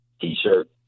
T-shirt